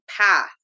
path